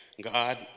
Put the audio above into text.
God